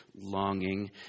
longing